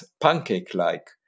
pancake-like